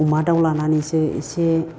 अमा दाव लानानैसो एसे